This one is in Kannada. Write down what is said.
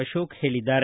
ಅಶೋಕ ಹೇಳಿದ್ದಾರೆ